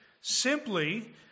simply